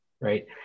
right